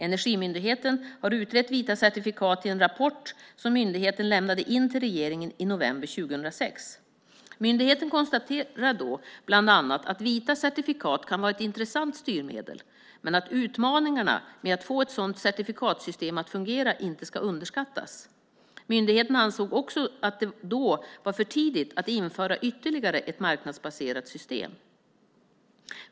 Energimyndigheten har utrett vita certifikat i en rapport som myndigheten lämnade in till regeringen i november 2006. Myndigheten konstaterade då bland annat att vita certifikat kan vara ett intressant styrmedel men att utmaningarna med att få ett sådant certifikatssystem att fungera inte ska underskattas. Myndigheten ansåg också att det då var för tidigt att införa ytterligare ett marknadsbaserat system.